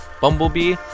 Bumblebee